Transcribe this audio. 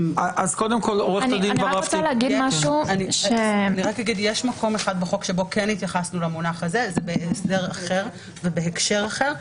יש מקום אחד בחוק שבו כן התייחסנו למונח הזה וזה בהסדר אחר ובהקשר אחר.